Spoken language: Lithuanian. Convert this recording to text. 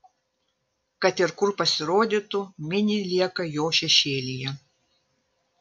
kad ir kur pasirodytų mini lieka jo šešėlyje